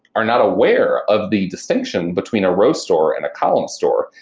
are not aware of the distinction between a row store and a column store.